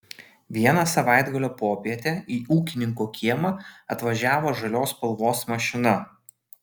vieną savaitgalio popietę į ūkininko kiemą atvažiavo žalios spalvos mašina